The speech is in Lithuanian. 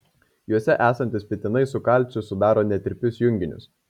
juose esantys fitinai su kalciu sudaro netirpius junginius